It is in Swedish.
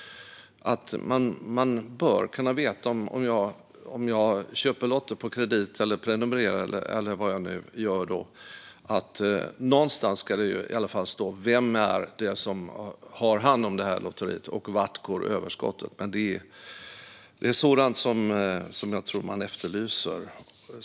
Om jag köper lotter på kredit eller prenumererar, eller hur jag nu gör, bör jag veta vem som har hand om lotteriet och vart överskottet går. Det är sådant man efterlyser.